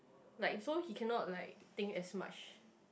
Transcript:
like so he cannot like think as much